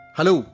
Hello